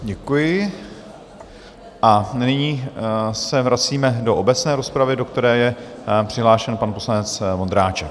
Děkuji a nyní se vracíme do obecné rozpravy, do které je přihlášen pan poslanec Vondráček.